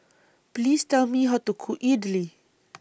Please Tell Me How to Cook Idili